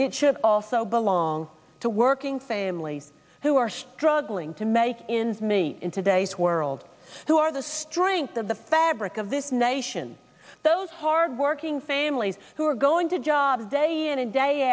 it should also belong to working families who are struggling to make ends meet in today's world who are the strength of the fabric of this nation those hard working families who are going to job day in and day